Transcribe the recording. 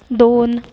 दोन